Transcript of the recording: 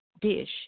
Dish